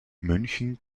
münchen